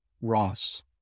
Ross